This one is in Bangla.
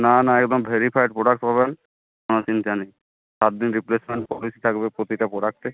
না না একদম ভেরিফায়েড প্রোডাক্ট পাবেন কোনও চিন্তা নেই সাত দিন রিপ্লেসমেন্ট পলিসি থাকবে প্রতিটা প্রোডাক্টে